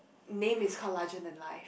name is call larger than life